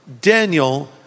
Daniel